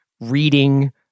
reading